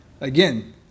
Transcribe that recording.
Again